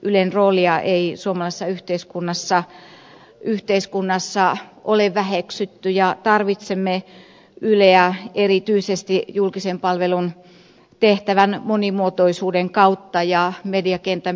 ylen roolia ei suomalaisessa yhteiskunnassa ole väheksytty ja tarvitsemme yleä erityisesti julkisen palvelun tehtävän monimuotoisuuden kautta ja mediakentän pirstoutuessa